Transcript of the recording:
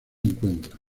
encuentran